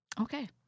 okay